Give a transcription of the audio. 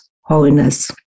wholeness